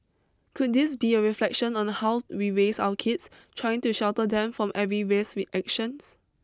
could this be a reflection on the how we raise our kids trying to shelter them from every risk reaction